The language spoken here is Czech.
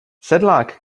sedlák